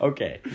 Okay